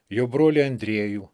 jo brolį andriejų